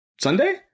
Sunday